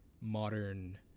modern